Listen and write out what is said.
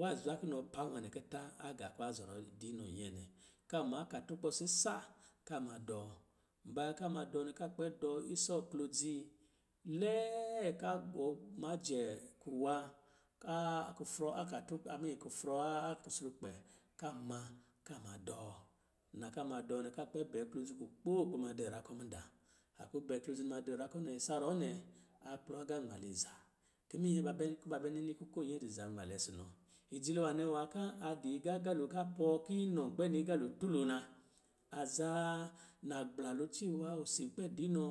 Wa zwa kunɔ pa nwanɛ kita agā kwa zɔrɔ di inɔ nyɛɛ nɛ, ka ma akaturkpɔ sisa ka ma dɔɔ. Baya ka ma dɔ nɛ ka kpɛ dɔ isɔ klodzi lɛɛ ka gɔ ma jɛ a kufrɔ akati kurfa a a kusrukpɛ ka ma, ka ma dɔɔ. Nna ka ma dɔɔ nɛ, ka kpɛ bɛ klɔ dzi kukpoo kpɛ ma di ra kɔ̄ mudaa. A kpɛ bɛ klodzi ma di ra kɔ̄ nɛ, isa ruwɔ̄ nɛ, a kplɔ agā nmaliza, ki ba bɛ kuba bɛ nini kɔ̄ ko nyɛ di zan malɛ isi nɔ. Jijili nwanɛ nɛ nwā kɔ̄ a di aga galo ka pɔɔ ki inɔ kpɛ ni agalo tulo na, azaa nagbla osi kpɛ di inɔ